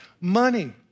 money